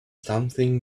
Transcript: something